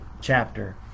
chapter